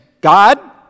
God